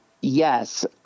yes